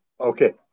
Okay